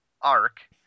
arc